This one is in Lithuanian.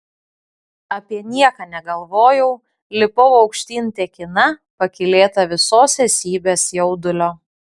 apie nieką negalvojau lipau aukštyn tekina pakylėta visos esybės jaudulio